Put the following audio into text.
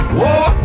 war